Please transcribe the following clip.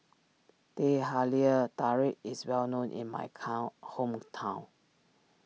Teh Halia Tarik is well known in my cow hometown